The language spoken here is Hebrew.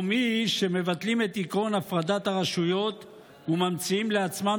או מי שמבטלים את עקרון הפרדת הרשויות וממציאים לעצמם